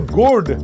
good